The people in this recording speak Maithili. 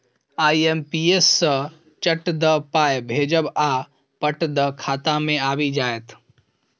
आई.एम.पी.एस सँ चट दअ पाय भेजब आ पट दअ खाता मे आबि जाएत